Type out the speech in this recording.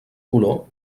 color